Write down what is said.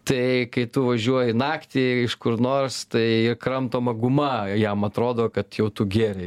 tai kai tu važiuoji naktį iš kur nors tai kramtoma guma jam atrodo kad jau tu gėrei